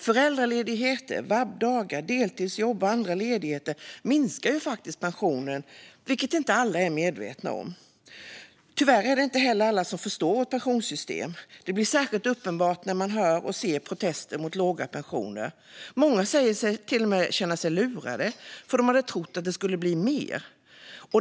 Föräldraledighet, vabdagar, deltidsjobb och andra ledigheter minskar faktiskt pensionen, vilket inte alla tänker på. Tyvärr är det inte heller alla som förstår vårt pensionssystem. Det blir särskilt uppenbart när vi hör och ser protester mot låga pensioner. Många säger till och med att de känner sig lurade, för de hade trott att det skulle bli mer.